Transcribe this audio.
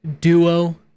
duo